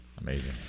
Amazing